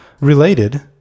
Related